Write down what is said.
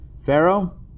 Pharaoh